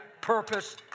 purpose